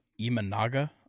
Imanaga